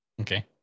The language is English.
okay